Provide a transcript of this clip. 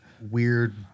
weird